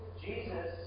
Jesus